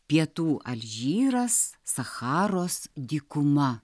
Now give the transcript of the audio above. pietų alžyras sacharos dykuma